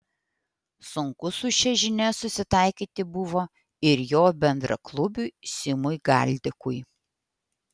sunku su šia žinia susitaikyti buvo ir jo bendraklubiui simui galdikui